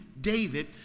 David